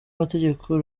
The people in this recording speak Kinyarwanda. mategeko